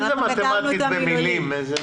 זאת נוסחה מתמטית במילים.